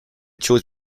choice